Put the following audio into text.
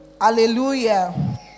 Hallelujah